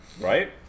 Right